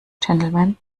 gentlemen